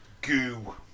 Goo